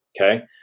Okay